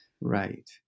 Right